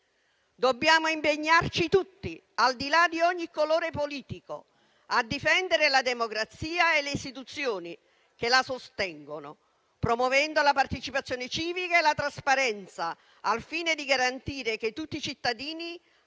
Dobbiamo impegnarci tutti, al di là di ogni colore politico, a difendere la democrazia e le istituzioni che la sostengono, promuovendo la partecipazione civica e la trasparenza, al fine di garantire che tutti i cittadini abbiano